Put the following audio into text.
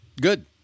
Good